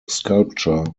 sculpture